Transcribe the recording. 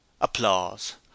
applause